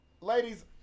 Ladies